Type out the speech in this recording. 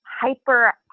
hyper